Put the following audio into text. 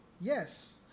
Yes